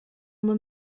uma